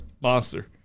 monster